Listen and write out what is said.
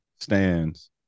stands